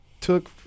took